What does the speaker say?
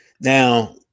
Now